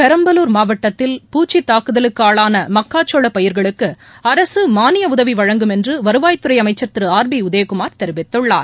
பெரம்பலூர் மாவட்டத்தில் பூச்சித்தாக்குதலுக்கு ஆளான மக்காச்சோள பயிர்களுக்கு அரசு மாளிய உதவி வழங்கும் என்று வருவாய் துறை அமைச்சர் திரு ஆர் பி உதயகுமார் தெரிவித்கள்ளார்